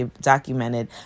documented